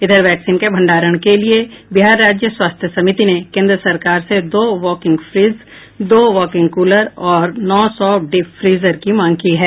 इधर वैक्सीन के भंडारण के लिये बिहार राज्य स्वास्थ्य समिति ने केंद्र सरकार से दो वॉकिंग फ्रिज दो वॉकिंग कुलर और नौ सौ डिप फ्रिजर की मांग की है